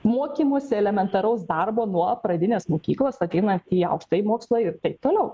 mokymosi elementaraus darbo nuo pradinės mokyklos ateinant į aukštąjį mokslą ir aip toliau